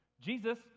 Jesus